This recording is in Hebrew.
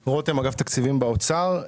רותם, אגף התקציבים באוצר.